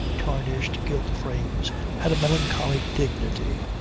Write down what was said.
tarnished gilt-frames had a melancholy dignity.